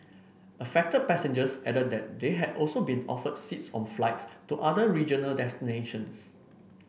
affected passengers added that they had also been offered seats on flights to other regional destinations